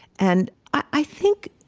and i think